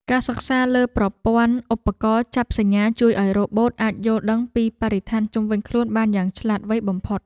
ការសិក្សាលើប្រព័ន្ធឧបករណ៍ចាប់សញ្ញាជួយឱ្យរ៉ូបូតអាចយល់ដឹងពីបរិស្ថានជុំវិញខ្លួនបានយ៉ាងឆ្លាតវៃបំផុត។